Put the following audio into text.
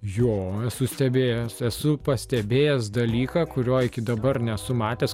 jo esu stebėjęs esu pastebėjęs dalyką kurio iki dabar nesu matęs